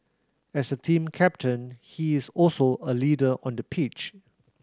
as the team captain he is also a leader on the pitch